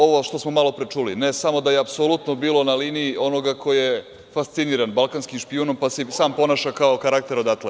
Ovo što smo malopre čuli, ne samo da je apsolutno bilo na liniji onoga ko je fasciniran „Balkanskim špijunom“, pa se ponaša kao karakter odatle.